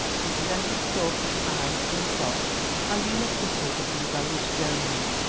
with his endless talk of tithes and crops, and the iniquities of the rebellious jones,